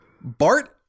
Bart